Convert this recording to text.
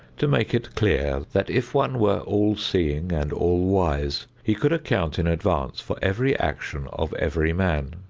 to make it clear that if one were all-seeing and all-wise he could account in advance for every action of every man.